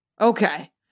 Okay